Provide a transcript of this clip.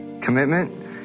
Commitment